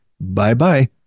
Bye-bye